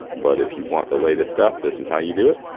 but if you want the latest stuff, this is how you do it.